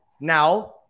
now